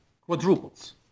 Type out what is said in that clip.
quadruples